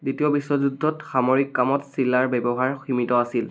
দ্বিতীয় বিশ্বযুদ্ধত সামৰিক কামত চিলাৰ ব্যৱহাৰ সীমিত আছিল